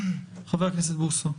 חבר הכנסת בוסו.